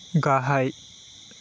गाहाय